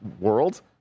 world